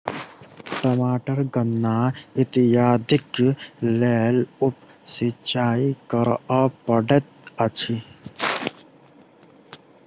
टमाटर गन्ना इत्यादिक लेल उप सिचाई करअ पड़ैत अछि